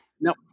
No